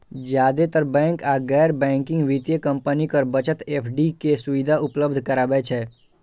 जादेतर बैंक आ गैर बैंकिंग वित्तीय कंपनी कर बचत एफ.डी के सुविधा उपलब्ध कराबै छै